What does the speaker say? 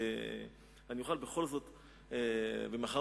ומחר,